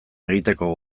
egiteko